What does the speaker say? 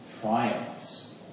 triumphs